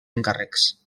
encàrrecs